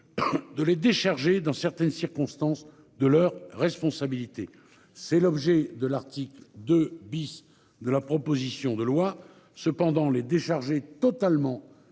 De les décharger dans certaines circonstances, de leur responsabilité, c'est l'objet de l'article 2 bis de la proposition de loi. Cependant les décharger totalement